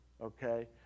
okay